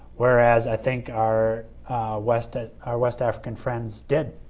whereas i think our west ah our west african friends did.